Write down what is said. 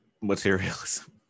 materialism